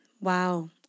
Wow